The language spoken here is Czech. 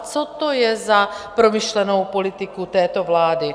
Co to je za promyšlenou politiku této vlády?